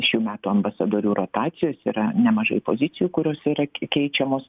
šių metų ambasadorių rotacijos yra nemažai pozicijų kurios yra keičiamos